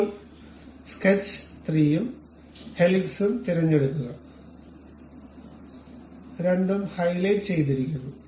ഇപ്പോൾ സ്കെച്ച് 3 ഉം ഹെലിക്സും തിരഞ്ഞെടുക്കുക രണ്ടും ഹൈലൈറ്റ് ചെയ്തിരിക്കുന്നു